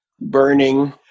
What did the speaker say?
burning